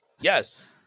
Yes